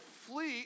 fleet